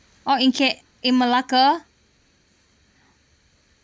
oh in K~ in malacca